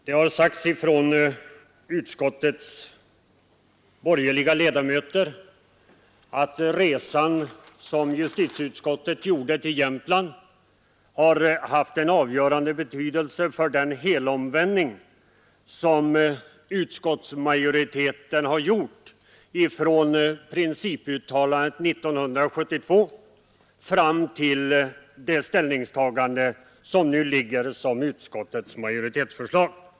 Herr talman! Utskottets borgerliga ledamöter har sagt att den resa som justitieutskottet gjorde till Jämtland haft en avgörande betydelse för den helomvändning som utskottsmajoriteten har gjort från principuttalandet 1972 till det ställningstagande som nu ligger som majoritetens förslag.